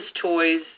toys